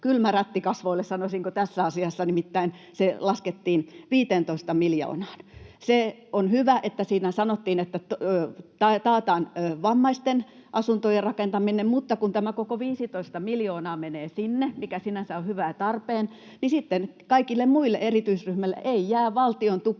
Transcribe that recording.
kylmä rätti kasvoille, sanoisinko, tässä asiassa, nimittäin se laskettiin 15 miljoonaan. Se on hyvä, että siinä sanottiin, että taataan vammaisten asuntojen rakentaminen, mutta kun tämä koko 15 miljoonaa menee sinne, mikä sinänsä on hyvä ja tarpeen, niin sitten millekään muille erityisryhmille ei jää valtion tukea,